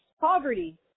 Poverty